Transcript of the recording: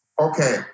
okay